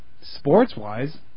sports-wise